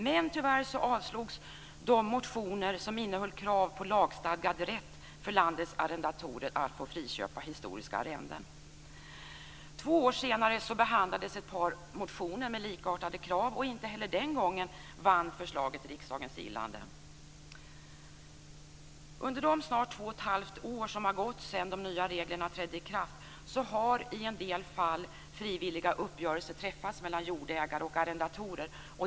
Men tyvärr avslogs de motioner som innehöll krav på lagstadgad rätt för landets arrendatorer att friköpa historiska arrenden. Två år senare behandlades ett par motioner med likartade krav. Inte heller den gången vann förslaget riksdagens gillande. Under de snart två och ett halvt år som har gått sedan de nya reglerna trädde i kraft har i en del fall frivilliga uppgörelser träffats mellan jordägare och arrendatorer.